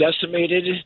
decimated